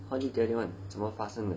how'd you get it [one] 怎么发生的